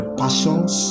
passions